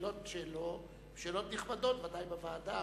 השאלות שלו הן שאלות נכבדות בוודאי, בוועדה.